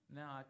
now